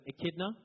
echidna